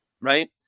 right